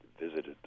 visited